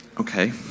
Okay